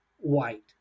white